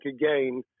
again